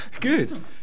Good